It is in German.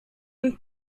und